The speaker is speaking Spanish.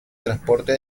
transporte